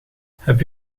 hebben